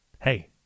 Hey